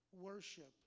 worship